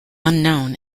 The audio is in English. unknown